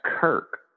Kirk